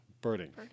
Birding